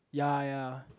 ya ya